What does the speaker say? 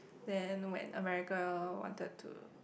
then when American wanted to